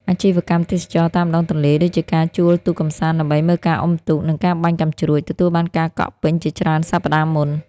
អាជីវកម្មទេសចរណ៍តាមដងទន្លេ ដូចជាការជួលទូកកម្សាន្តដើម្បីមើលការអុំទូក និងការបាញ់កាំជ្រួច ទទួលបានការកក់ពេញជាច្រើនសប្តាហ៍មុន។